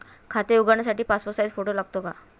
खाते उघडण्यासाठी passport size photo लागतो का?